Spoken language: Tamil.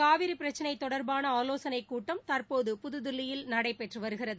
காவிரி பிரச்சினை தொடர்பான ஆவோசனைக் கூட்டம் தற்போது புதுதில்லியில் நடைபெற்று வருகிறது